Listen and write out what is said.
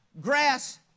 grass